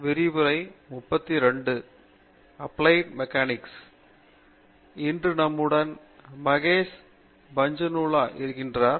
பேராசிரியர் பிரதாப் ஹரிதாஸ் இன்று நம்முடன் மகேஷ் பாஞ்ச்னுலா இருக்கிறார்